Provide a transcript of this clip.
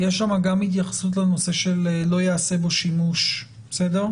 יהיה שם גם התייחסות לנושא של לא ייעשה בו שימוש בסדר?